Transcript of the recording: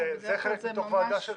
בדרך כלל זה ממש --- זה חלק מתוך וועדה.